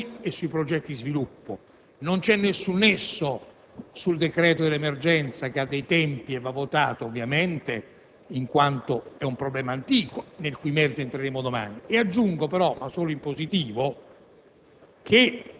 su Napoli e sui progetti di sviluppo. Non c'è nessun nesso con il decreto-legge per l'emergenza, che ha i suoi tempi e che va votato, in quanto è un problema antico, nel cui merito entreremo domani. Aggiungo, però, ma solo in positivo,